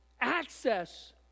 access